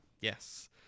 Yes